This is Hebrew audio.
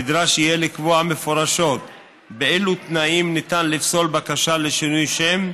נדרש יהיה לקבוע מפורשות באילו תנאים ניתן לפסול בקשה לשינוי שם,